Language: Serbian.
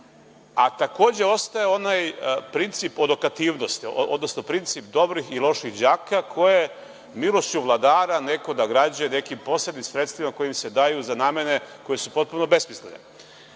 a takođe ostaje onaj princip odokativnosti, odnosno princip dobrih i loših đaka koje milošću vladara neko nagrađuje nekim posebnim sredstvima koja im se daju za namene koje su potpuno besmislene.U